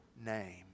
name